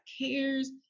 cares